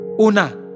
Una